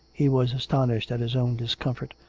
he was astonished at his own discomfort,